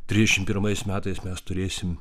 trisdešimt pirmais metais mes turėsim